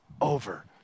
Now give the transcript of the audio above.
over